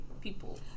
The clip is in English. people